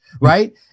right